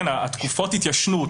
תקופות התיישנות,